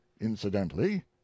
incidentally